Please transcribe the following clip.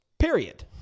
period